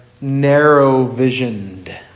narrow-visioned